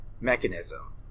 mechanism